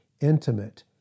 intimate